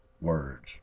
words